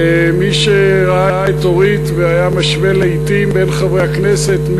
מי שראה את אורית והיה משווה לעתים בין חברי הכנסת,